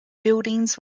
buildings